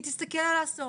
היא תסתכל על האסון,